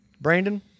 Brandon